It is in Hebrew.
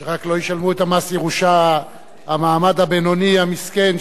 שרק לא ישלמו את מס הירושה המעמד הבינוני המסכן,